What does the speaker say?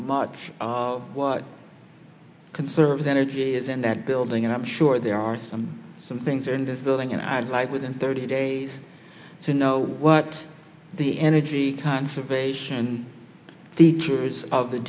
much what conserve energy is in that building and i'm sure there are some some things in this building and i'd like within thirty days to know what the energy conservation features of the